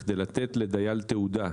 בכדי לתת לדייל תעודה ,